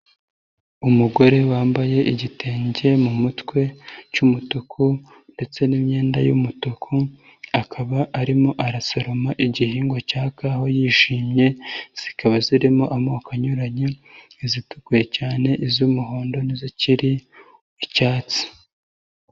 Umugore wambaye igitenge mu mutwe cy'umutuku ndetse n'imyenda y'umutuku, akaba arimo arasoroma igihingwa cya kawa yishimye, zikaba zirimo amoko anyuranye izitukuye cyane, iz'umuhondo n'izikiri icyatsi.